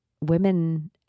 women